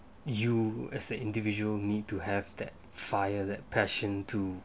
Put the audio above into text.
you as the individual need to have that fire that passion too